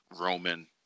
Roman